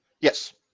Yes